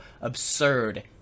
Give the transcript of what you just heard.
absurd